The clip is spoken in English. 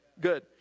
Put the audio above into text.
Good